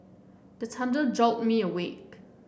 the thunder jolt me awake